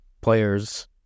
players